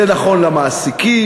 זה נכון למעסיקים,